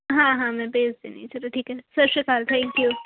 ਹਾਂ ਹਾਂ ਮੈਂ ਭੇਜ ਦਿੰਦੀ ਚਲੋ ਠੀਕ ਹੈ ਨਾ ਸਤਿ ਸ਼੍ਰੀ ਅਕਾਲ ਥੈਂਕ ਯੂ